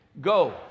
Go